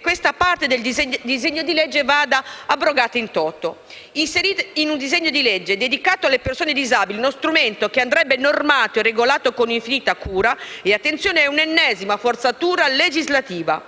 questa parte del disegno di legge vada abrogata *in toto*. Inserire in un disegno di legge dedicato alle persone disabili uno strumento che andrebbe normato e regolato con infinita cura e attenzione è l'ennesima forzatura legislativa.